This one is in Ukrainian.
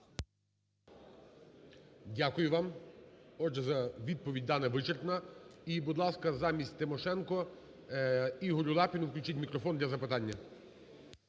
Дякую вам. Отже, відповідь дана вичерпна. І, будь ласка, замість Тимошенко, Ігорю Лапіну включіть мікрофон для запитання.